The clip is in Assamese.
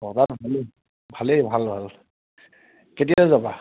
অঁ তাত ভালেই ভালেই ভাল ভাল কেতিয়া যাবা